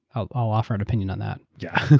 i'll offer an opinion on that. yeah,